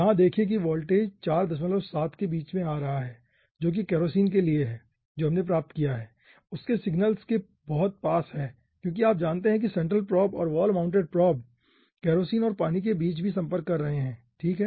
यहां देखें कि वोल्टेज 47 के बीच में आ रहा है जो कि केरोसीन के लिए है जो हमने प्राप्त किया है उसके सिग्नल के बहुत पास है क्योंकि आप जानते है की सेंट्रल प्रोब और वॉल माउंटेड प्रोब केरोसिन और पानी के बीच भी संपर्क कर रहे हैं ठीक है